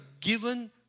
given